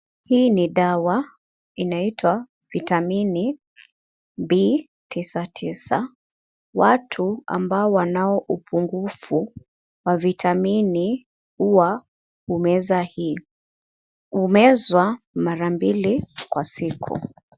Hii ni dawa, inaitwa, vitamini B tisa tisa. Watu, ambao wanao upungufu, wa vitamini, huwa umeza hii. Humezwa, mara mbili kwa siku.